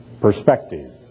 perspective